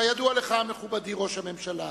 כידוע לך, מכובדי ראש הממשלה,